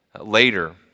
later